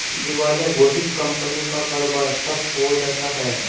दिवालिया घोषित कंपनियों का कारोबार ठप्प हो जाता है